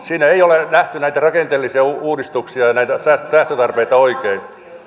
siinä ei ole nähty näitä rakenteellisia uudistuksia ja näitä säästötarpeita oikein